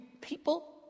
people